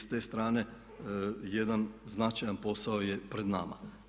S te strane jedan značajan posao je pred nama.